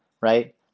right